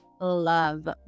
love